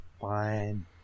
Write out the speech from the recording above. Fine